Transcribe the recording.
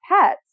pets